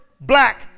black